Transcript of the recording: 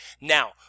Now